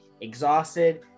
exhausted